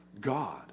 God